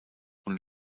und